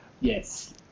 yes